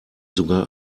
sogar